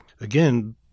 again